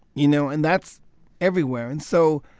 you know, and that's everywhere. and so,